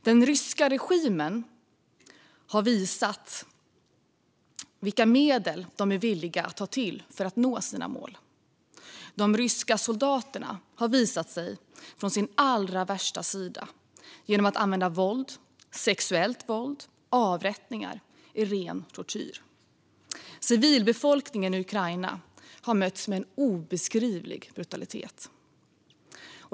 Den ryska regimen har visat vilka medel den är villig att ta till för att nå sina mål. De ryska soldaterna har visat sig från sin allra värsta sida genom att använda våld, sexuellt våld och avrättningar i ren tortyr. Civilbefolkningen i Ukraina har mötts med en obeskrivlig brutalitet.